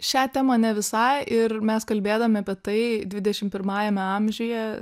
šią temą ne visai ir mes kalbėdami apie tai dvidešim pirmajame amžiuje